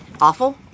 awful